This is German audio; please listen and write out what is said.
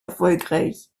erfolgreich